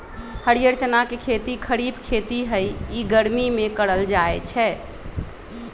हरीयर चना के खेती खरिफ खेती हइ इ गर्मि में करल जाय छै